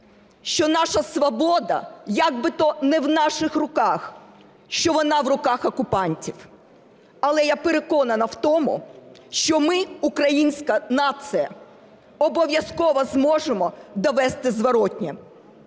що наша свобода якби-то не в наших руках, що в руках окупантів. Але я переконана в тому, що ми, українська нація, обов'язково зможемо довести зворотне.